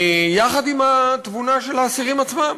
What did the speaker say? יחד עם התבונה של האסירים עצמם,